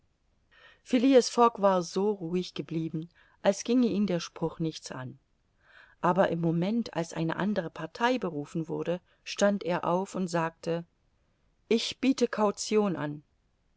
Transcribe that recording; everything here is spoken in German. fogg war so ruhig geblieben als ginge ihn der spruch nichts an aber im moment als eine andere partei berufen wurde stand er auf und sagte ich biete caution an